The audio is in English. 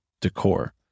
decor